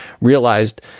realized